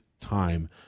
time